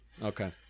Okay